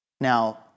Now